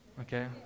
Okay